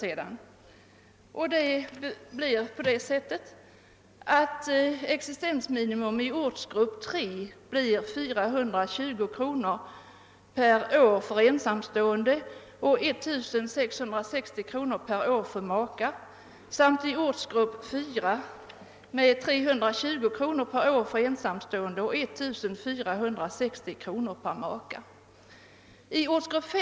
Existensminimum i ortsgrupp 3 blir enligt Kommunförbundets rekommendation 420 kronor mer per år för ensamstående och 1 660 kronor mer per år för makar samt i ortsgrupp 4 320 kronor mer per år för ensamstående och 1460 kronor mer per år för makar.